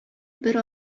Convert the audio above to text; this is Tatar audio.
бер